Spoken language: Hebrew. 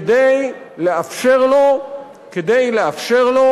כדי לאפשר לו